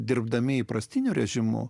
dirbdami įprastiniu režimu